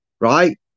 right